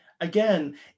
again